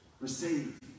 Receive